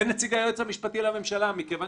וכן נציג היועץ המשפטי לממשלה מכיוון